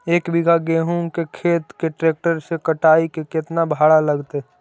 एक बिघा गेहूं के खेत के ट्रैक्टर से कटाई के केतना भाड़ा लगतै?